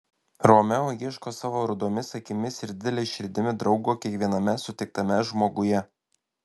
romeo ieško savo rudomis akimis ir didele širdimi draugo kiekviename sutiktame žmoguje